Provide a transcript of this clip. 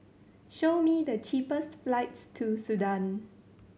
show me the cheapest flights to Sudan